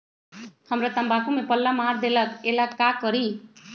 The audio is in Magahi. हमरा तंबाकू में पल्ला मार देलक ये ला का करी?